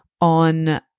on